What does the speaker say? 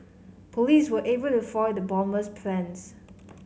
police were able to foil the bomber's plans